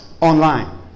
online